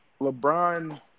LeBron